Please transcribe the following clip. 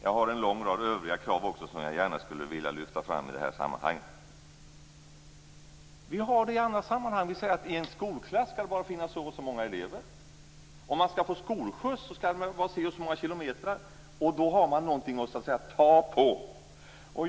Jag har en lång rad andra krav som jag också skulle vilja lyfta fram i det här sammanhanget. Vi har det i andra sammanhang. Vi säger att det bara får finnas si och så många elever i en skolklass. Skall man få skolskjuts skall det vara si och så många kilometrar. Då har man så att säga något att ta på.